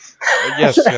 Yes